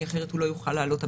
כי אחרת האדם לא יוכל לעלות.